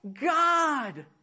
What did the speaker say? God